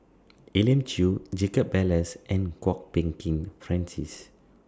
Elim Chew Jacob Ballas and Kwok Peng Kin Francis